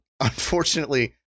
Unfortunately